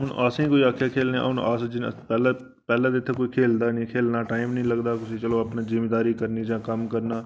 हून असेंगी कोई आक्खै खेलने हून अस जिन्नै पैह्लें पैह्लें ते इत्थें कोई खेलदा नेईं ते खेलने दा टाइम निं लगदा कुसै गी चलो अपनी जमींदारी करनी जां कम्म करना